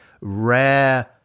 rare